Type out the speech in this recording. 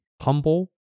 humble